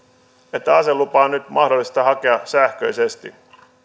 että aselupaa on nyt mahdollista hakea sähköisesti